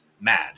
mad